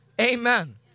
Amen